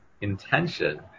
intention